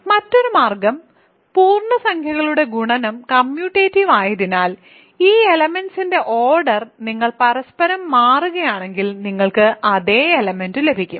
മറ്റൊരു മാർഗ്ഗം പൂർണ്ണസംഖ്യകളുടെ ഗുണനം കമ്മ്യൂട്ടേറ്റീവ് ആയതിനാൽ ഈ എലെമെന്റ്സിന്റെ ഓർഡർ നിങ്ങൾ പരസ്പരം മാറുകയാണെങ്കിൽ നിങ്ങൾക്ക് അതേ എലമെന്റ് ലഭിക്കും